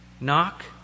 Knock